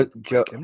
Joe